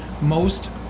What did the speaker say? most-